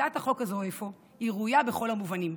הצעת החוק הזאת ראויה אפוא בכל המובנים,